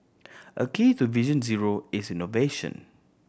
a key to Vision Zero is innovation